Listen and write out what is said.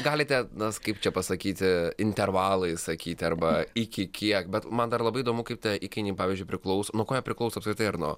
galite nas kaip čia pasakyti intervalais sakyti arba iki kiek bet man dar labai įdomu kaip tie įkainiai pavyzdžiui priklauso nuo ko jie priklauso apskritai ar nuo